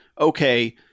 Okay